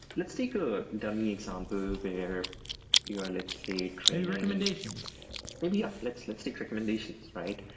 let's take a dummy example where you are, let's say maybe recommendations maybe. yeah. let's let's take recommendations, right?